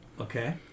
Okay